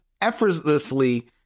effortlessly